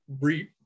re